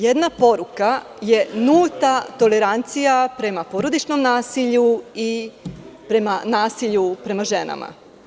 Jedna poruka je nulta tolerancija prema porodičnom nasilju i prema nasilju prema ženama.